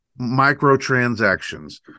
microtransactions